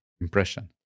impression